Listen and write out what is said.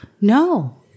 No